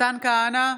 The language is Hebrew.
מתן כהנא,